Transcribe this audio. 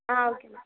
ah okay ma'am